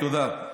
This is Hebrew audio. תודה.